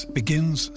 begins